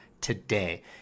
today